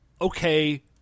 okay